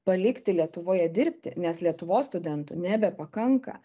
palikti lietuvoje dirbti nes lietuvos studentų nebepakanka